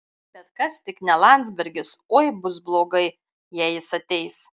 bet kas tik ne landsbergis oi bus blogai jei jis ateis